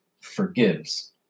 forgives